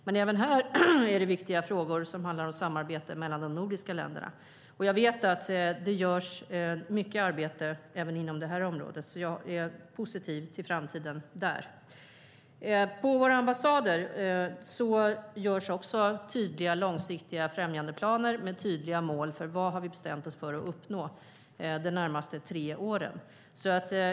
Men även här finns det viktiga frågor som handlar om samarbete mellan de nordiska länderna. Jag vet att det görs mycket arbete även inom det området. Jag är positiv till framtiden där. På våra ambassader görs tydliga, långsiktiga främjandeplaner med tydliga mål för vad vi har bestämt oss för att uppnå de närmaste tre åren.